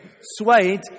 swayed